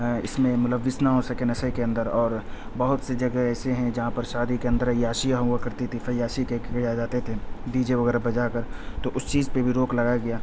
اس میں ملوث نہ ہو سکے نشے کے اندر اور بہت سی جگہ ایسے ہیں جہاں پر شادی کے اندر عیاشیاں ہوا کرتی تھی فیاشی کے کیا جاتے تھے ڈی جے وغیرہ بجا کر تو اس چیز پہ بھی روک لگایا گیا